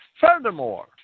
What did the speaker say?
Furthermore